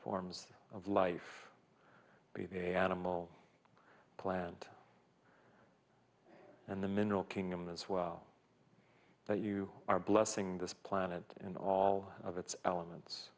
forms of life be the animal plant and the mineral kingdom as well that you are blessing this planet and all of its elements